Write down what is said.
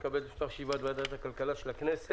אני מתכבד לפתוח את ישיבת ועדת הכלכלה של הכנסת.